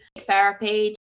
therapy